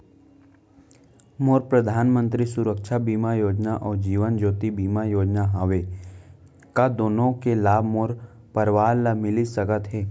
मोर परधानमंतरी सुरक्षा बीमा योजना अऊ जीवन ज्योति बीमा योजना हवे, का दूनो के लाभ मोर परवार ल मिलिस सकत हे?